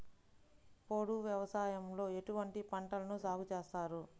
పోడు వ్యవసాయంలో ఎటువంటి పంటలను సాగుచేస్తారు?